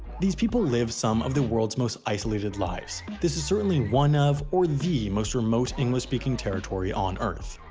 these people live some of the world's most isolated lives this is certainly one of or the most remote english speaking territory on earth.